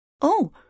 Oh